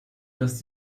das